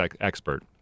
expert